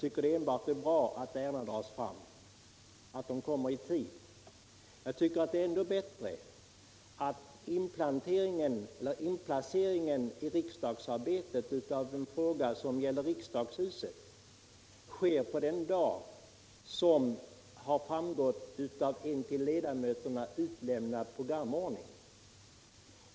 Det är enbart bra att ärenden kommer fram i tid, men jag tvcker att det är ännu bättre om inplaceringen i riksdagsarbetet av en fråga som gäller riksdagshuset sker på den dag som har angetts i en till ledamöterna utlämnad programordning.